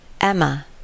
Emma